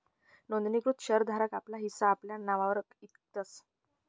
नोंदणीकृत शेर धारक आपला हिस्सा आपला नाववर इकतस